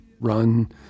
run